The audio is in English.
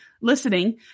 listening